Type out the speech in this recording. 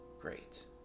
great